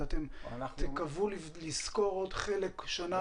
אתם תקוו לסקור עוד חלק בשנה הבאה?